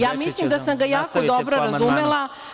Ja mislim da sam ga jako dobro razumela.